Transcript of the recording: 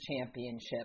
championship